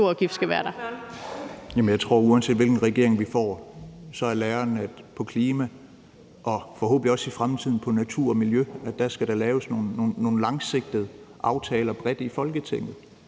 Jeg tror, at uanset hvilken regering vi får, er læren, at der på klima- og forhåbentlig også i fremtiden på natur- og miljøområdet skal laves nogle langsigtede aftaler bredt i Folketinget.